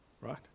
Right